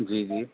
جی جی